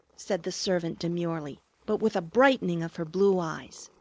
said the servant demurely, but with a brightening of her blue eyes.